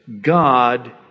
God